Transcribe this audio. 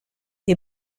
est